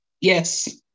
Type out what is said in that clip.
Yes